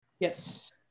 Yes